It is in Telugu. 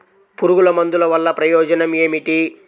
పురుగుల మందుల వల్ల ప్రయోజనం ఏమిటీ?